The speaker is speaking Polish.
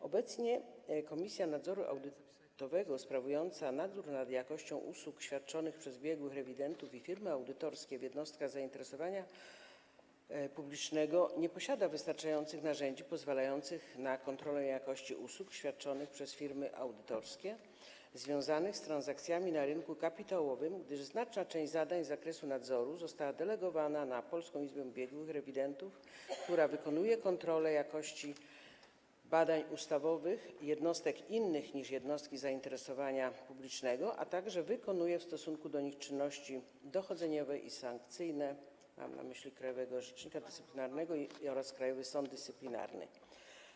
Obecnie Komisja Nadzoru Audytowego sprawująca nadzór nad jakością usług świadczonych przez biegłych rewidentów i firmy audytorskie w jednostkach zainteresowania publicznego nie posiada wystarczających narzędzi pozwalających na kontrolę jakości usług świadczonych przez firmy audytorskie związanych z transakcjami na rynku kapitałowym, gdyż znaczna część zadań z zakresu nadzoru została delegowana na Polską Izbę Biegłych Rewidentów, która wykonuje kontrole jakości badań ustawowych jednostek innych niż jednostki zainteresowania publicznego, a także wykonuje w stosunku do nich czynności dochodzeniowe i sankcyjne - mam na myśli krajowego rzecznika dyscyplinarnego oraz Krajowy Sąd Dyscyplinarny.